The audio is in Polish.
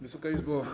Wysoka Izbo!